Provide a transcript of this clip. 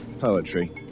Poetry